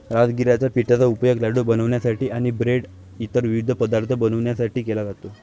राजगिराच्या पिठाचा उपयोग लाडू बनवण्यासाठी आणि ब्रेड आणि इतर विविध पदार्थ बनवण्यासाठी केला जातो